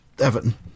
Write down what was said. Everton